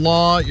Law